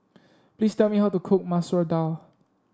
please tell me how to cook Masoor Dal